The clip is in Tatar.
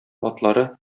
атлары